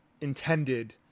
intended